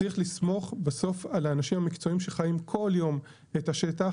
צריך לסמוך בסוף על האנשים המקצועיים שחיים כל יום את השטח,